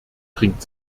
bringt